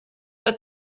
but